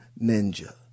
ninja